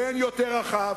יותר רחב,